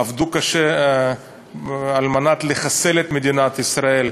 עבדו קשה על מנת לחסל את מדינת ישראל,